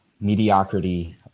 mediocrity